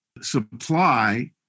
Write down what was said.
supply